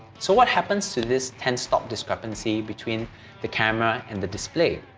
so what happens to this ten stop discrepancy between the camera and the display?